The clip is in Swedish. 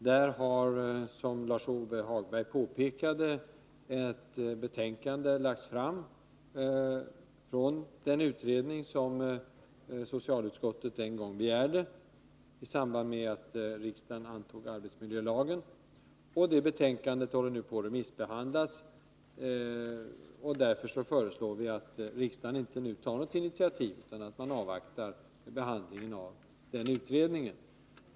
Där har, som Lars-Ove Hagberg påpekade, ett betänkande lagts fram av den utredning som socialutskottet begärde i samband med att riksdagen antog arbetsmiljölagen. Det betänkandet håller nu på att remissbehandlas. Därför föreslår utskottet att riksdagen inte nu tar något initiativ utan avvaktar behandlingen av utredningsbetänkandet.